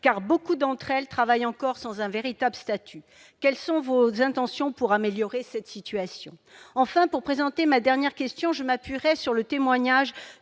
car beaucoup d'entre elles travaillent encore sans un véritable statut. Quelles sont vos intentions pour améliorer cette situation ? Enfin, pour présenter ma dernière question, je m'appuierai sur le témoignage